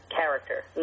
character